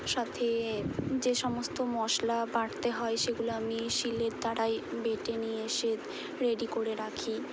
সাথে যে সমস্ত মশলা বাঁটতে হয় সেগুলো আমি শিলের দ্বারাই বেঁটে নিয়ে এসে রেডি করে রাখি